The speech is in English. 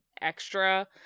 extra